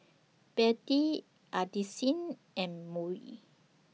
Bette Addisyn and Murry